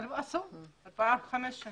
זה